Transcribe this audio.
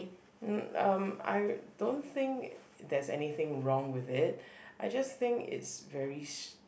mm um I don't think there's anything wrong with it I just think it's very str~